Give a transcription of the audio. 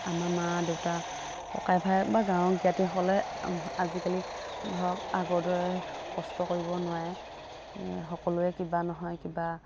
আমাৰ মা দেউতা ককাই ভাই বা গাঁৱৰ জ্ঞাতিসকলে আজিকালি ধৰক আগৰ দৰে কষ্ট কৰিব নোৱাৰে সকলোৱে কিবা নহয় কিবা